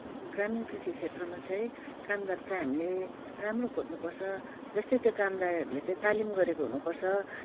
ग्रामीण कृषि क्षेत्रमा चाहिँ कामदार चाहिँ हामीले राम्रो खोज्नु पर्छ जस्तै त्यो कामदारहरूले चाहिँ तालिम गरेको हुनुपर्छ